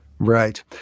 Right